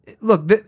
Look